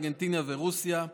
ארגנטינה ורוסיה.